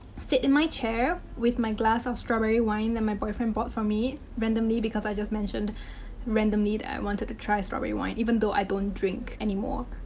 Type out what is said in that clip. sit in my chair with my glass of strawberry wine that my boyfriend bought for me randomly because i just mentioned randomly that i wanted to try strawberry wine, even though i don't and drink anymore.